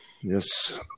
Yes